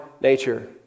nature